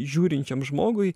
žiūrinčiam žmogui